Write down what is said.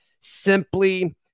Simply